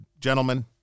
gentlemen